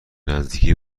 نزدیکی